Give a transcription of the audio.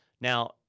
Now